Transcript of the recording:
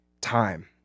time